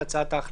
להצעת ההחלטה.